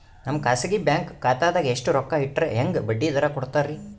ನಮ್ಮ ಖಾಸಗಿ ಬ್ಯಾಂಕ್ ಖಾತಾದಾಗ ಎಷ್ಟ ರೊಕ್ಕ ಇಟ್ಟರ ಹೆಂಗ ಬಡ್ಡಿ ದರ ಕೂಡತಾರಿ?